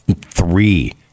three